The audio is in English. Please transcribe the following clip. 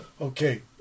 Okay